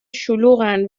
شلوغن